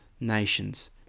nations